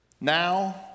Now